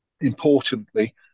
importantly